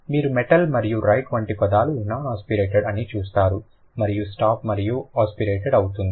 మీరు మెటల్ మరియు రైట్ వంటి పదాలు నాన్ ఆస్పిరేటెడ్ అని చూస్తారు మరియు స్టాప్ అనునది ఆస్పిరేటెడ్ అవుతుంది